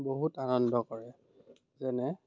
বহুত আনন্দ কৰে যেনে